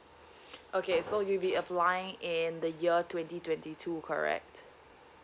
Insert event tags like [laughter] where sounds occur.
[breath] okay so you'll be applying in the year twenty twenty two correct